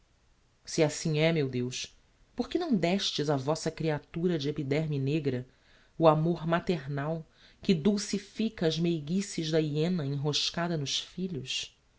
se assim é meu deus porque não déstes á vossa creatura de epiderme negra o amor maternal que dulcifica as meiguices da hyena enroscada nos filhos